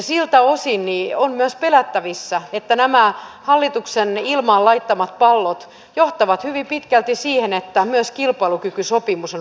siltä osin on myös pelättävissä että nämä hallituksen ilmaan laittamat pallot johtavat hyvin pitkälti siihen että myös kilpailukykysopimus on vaarassa